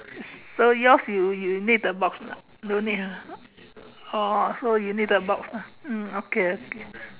so yours you you need the box or not don't need ah oh so you need a box lah mm okay okay